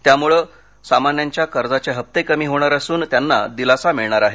त्यामुळे समान्यांच्या कर्जाचे हप्ते कमी होणार असून त्यांना दिलासा मिळणार आहे